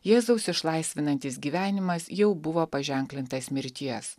jėzaus išlaisvinantis gyvenimas jau buvo paženklintas mirties